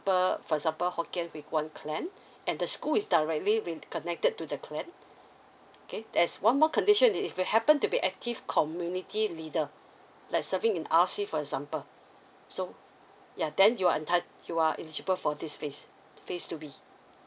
for example hokkien huay kuan clan and the school is directly reconnected to the clan okay there's one more condition if you happen to be active community leader like serving in R_C for example so yeah then you are entitt~ you are eligible for this phase phase two B